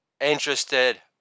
interested